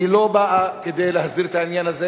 היא לא באה כדי להסדיר את העניין הזה